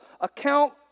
account